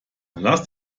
lass